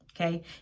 okay